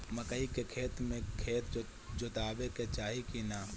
मकई के खेती मे खेत जोतावे के चाही किना?